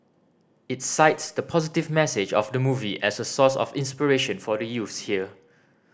it cites the positive message of the movie as a source of inspiration for the youths here